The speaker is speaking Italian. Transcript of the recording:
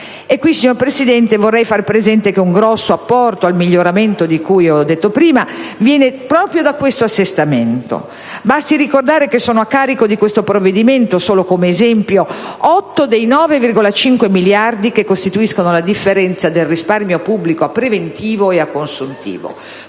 E qui, signor Presidente, vorrei far presente che un grosso apporto al miglioramento di cui ho detto prima viene proprio dall'assestamento. Basti ricordare che sono a carico di questo provvedimento, solo come esempio, 8 dei 9,5 miliardi che costituiscono la differenza del risparmio pubblico a preventivo ed a consuntivo.